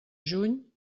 juny